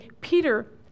Peter